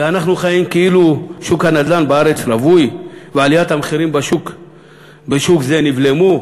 ואנחנו חיים כאילו שוק הנדל"ן בארץ רווי ועליית המחירים בשוק זה נבלמה,